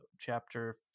chapter